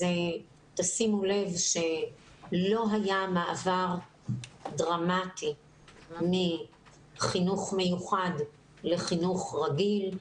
שימו לב שלא היה מעבר דרמטי מחינוך מיוחד לחינוך רגיל.